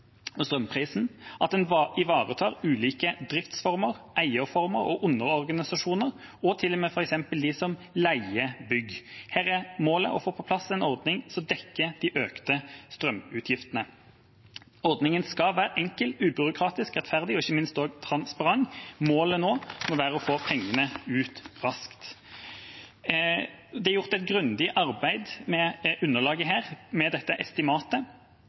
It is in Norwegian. og strømprisen – og at en ivaretar ulike driftsformer, eierformer og underorganisasjoner, til og med f.eks. dem som leier bygg. Her er målet å få på plass en ordning som dekker de økte strømutgiftene. Ordningen skal være enkel, ubyråkratisk, rettferdig og ikke minst transparent. Målet nå må være å få pengene ut raskt. Det er gjort et grundig arbeid med underlaget for dette estimatet.